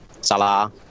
Salah